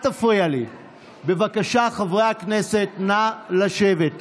בבקשה, חברי הכנסת, נא לשבת.